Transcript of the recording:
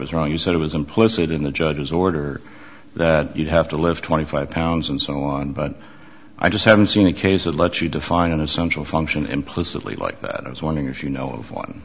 was wrong you said it was implicit in the judge's order that you'd have to live twenty five pounds and so on but i just haven't seen a case that lets you define an essential function implicitly like that i was wondering if you know of one